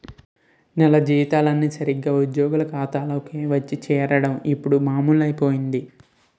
నెల జీతాలన్నీ సరాసరి ఉద్యోగుల ఖాతాల్లోకే వచ్చి చేరుకోవడం ఇప్పుడు మామూలైపోయింది